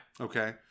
Okay